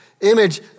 Image